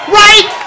right